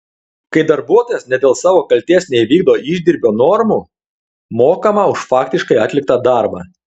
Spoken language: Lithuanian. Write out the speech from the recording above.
kai darbuotojas ne dėl savo kaltės neįvykdo išdirbio normų mokama už faktiškai atliktą darbą